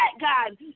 God